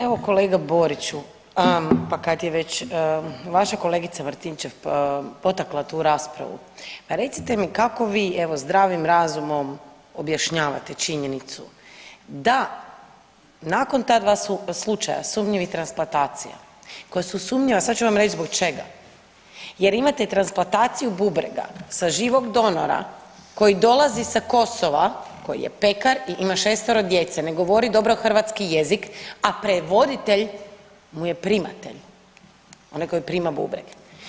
Evo kolega Boriću pa kad je već vaša kolegica Martinčev potakla tu raspravu pa recite mi kako vi evo zdravim razumom objašnjavate činjenicu da nakon ta dva slučaja sumnjivih transplantacija koje su sumnjive, a sad ću vam reć zbog čega, jer imate transplantaciju bubrega sa živog donora koji dolazi sa Kosova, koji je pekar i ima šestero djece, ne govori dobro hrvatski jezik, a prevoditelj mu je primatelj onaj koji prima bubreg.